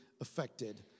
affected